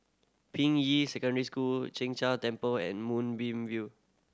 Ping Yi Secondary School Chin Jia Temple and Moonbeam View